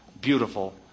beautiful